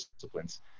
disciplines